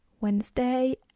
wednesday